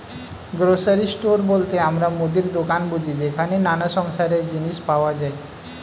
grocery store বলতে আমরা মুদির দোকান বুঝি যেখানে নানা সংসারের জিনিস পাওয়া যায়